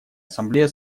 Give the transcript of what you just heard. ассамблея